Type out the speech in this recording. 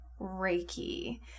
Reiki